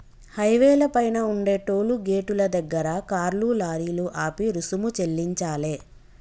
హైవేల పైన ఉండే టోలు గేటుల దగ్గర కార్లు, లారీలు ఆపి రుసుము చెల్లించాలే